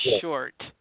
short